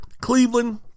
Cleveland